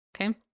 Okay